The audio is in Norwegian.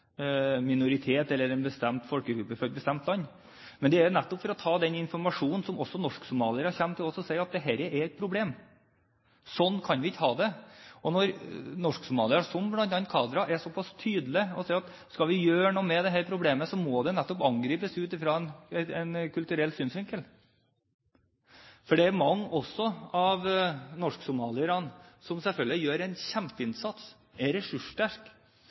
minoritet eller en bestemt folkegruppe fra et bestemt land. Det er nettopp for å ta den informasjonen som norsk-somaliere kommer til oss med og sier at er et problem. Slik kan vi ikke ha det. Norsk-somaliere, som bl.a. Kadra, er såpass tydelig og sier at skal vi gjøre noe med dette problemet, må det angripes ut fra en kulturell synsvinkel. For det er også mange av norsk-somalierne som selvfølgelig gjør en kjempeinnsats, er